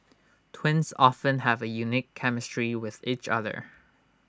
twins often have A unique chemistry with each other